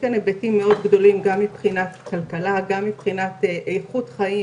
זה מאפשר דברם כמו התחדשות עירונית שבעצם מאפשרת --- תוספת אוכלוסייה,